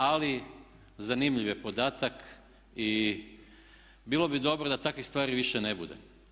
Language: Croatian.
Ali zanimljiv je podatak i bilo bi dobro da takvih stvari više ne bude.